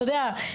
אתה יודע,